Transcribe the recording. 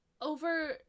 over